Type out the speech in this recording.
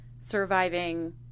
surviving